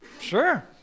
Sure